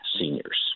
seniors